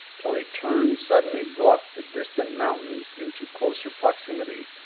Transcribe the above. till a turn suddenly brought the distant mountains into closer proximity,